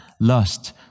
lust